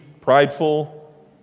Prideful